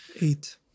Eight